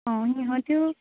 অঁ সিঁহতেও